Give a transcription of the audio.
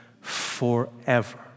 forever